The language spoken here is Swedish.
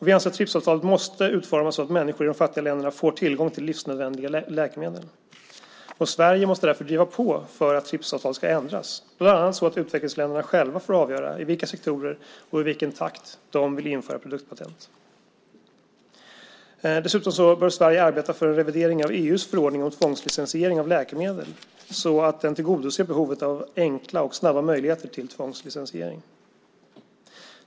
Vi anser att TRIPS-avtalet måste utformas så att människor i de fattiga länderna får tillgång till livsnödvändiga läkemedel. Sverige måste därför driva på för att TRIPS-avtalet ska ändras, bland annat så att utvecklingsländerna själva får avgöra i vilka sektorer och i vilken takt de vill införa produktpatent. Dessutom bör Sverige arbeta för en revidering av EU:s förordning om tvångslicensiering av läkemedel så att den tillgodoser behovet av enkla och snabba möjligheter till tvångslicensiering.